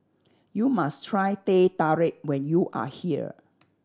you must try Teh Tarik when you are here